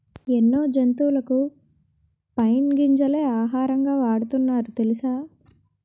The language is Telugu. ఎన్నో జంతువులకు పైన్ గింజలే ఆహారంగా వాడుతున్నారు తెలుసా?